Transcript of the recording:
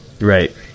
right